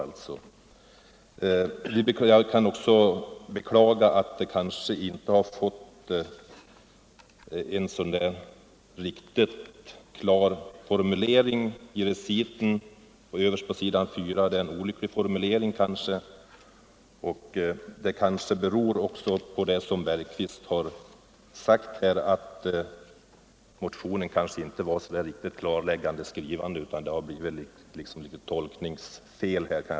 Jag vill också beklaga att det i betänkandets recit överst på s. 4 finns en kanske olycklig formulering, som måhända beror på att motionen, vilket herr Bergqvist framhållit, inte var helt klart skriven och det därför blivit en del tolkningsfel.